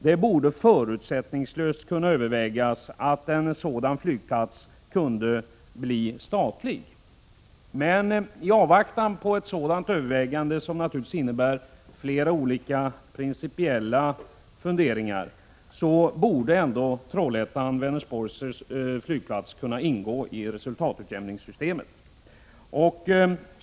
Det borde förutsättningslöst kunna övervägas att en sådan flygplats blev statlig, men i avvaktan på ett sådant övervägande, som naturligtvis innebär flera olika principiella ståndpunktstaganden, borde ändå Trollhättan-Vänersborgs flygplats kunna ingå i resultatutiämningssystemet.